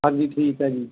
ਹਾਂਜੀ ਠੀਕ ਹੈ ਜੀ